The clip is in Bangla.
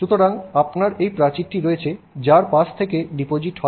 সুতরাং আপনার এই প্রাচীরটি রয়েছে যার পাশ থেকে ডিপোজিট হয়